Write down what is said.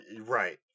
right